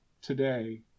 today